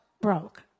broke